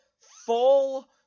full